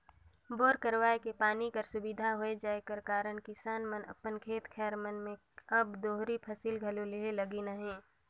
bore करवाए के पानी कर सुबिधा होए जाए कर कारन किसान मन अपन खेत खाएर मन मे अब दोहरी फसिल घलो लेहे लगिन अहे